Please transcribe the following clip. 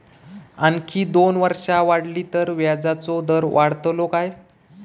आणखी दोन वर्षा वाढली तर व्याजाचो दर वाढतलो काय?